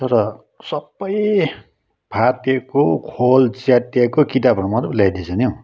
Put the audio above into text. तर सबै फाटेको खोल च्यातिएको किताबहरू मात्रै ल्याइदिएछ नि हौ